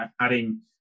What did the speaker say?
adding